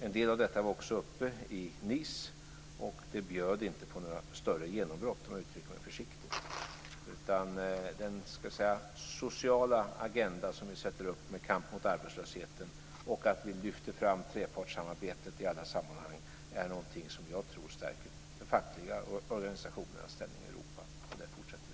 En del av detta var också uppe i Nice, och det bjöds inte på några större genombrott om jag uttrycker mig försiktigt. Den sociala agenda som vi sätter upp med kamp mot arbetslösheten, och att vi lyfter fram trepartssamarbetet i alla sammanhang, är någonting som jag tror stärker de fackliga organisationernas ställning i Europa. Det fortätter vi med.